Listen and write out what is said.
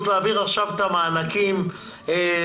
להעביר עכשיו את המענקים למובטלים,